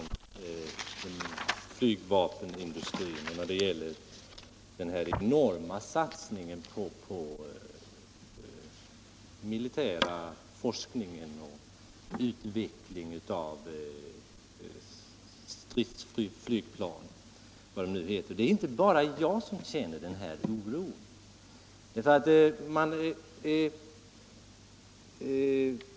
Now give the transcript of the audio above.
Herr talman! Jag känner mig orolig för den här utvecklingen inom flygvapenindustrin och den enorma satsningen på den militära forskningen och utvecklingen av stridsflygplan. Och det är inte bara jag som känner den oron.